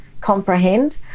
comprehend